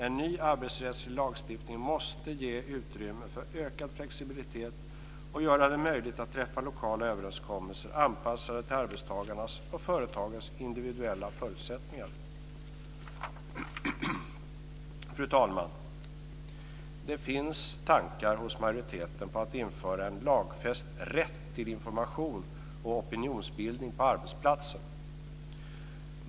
En ny arbetsrättslig lagstiftning måste ge utrymme för ökad flexibilitet och göra det möjligt att träffa lokala överenskommelser anpassade till arbetstagarnas och företagens individuella förutsättningar. Fru talman! Det finns tankar hos majoriteten på att införa en lagfäst rätt till information om opinionsbildning på arbetsplatsen.